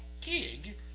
gig